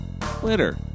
Twitter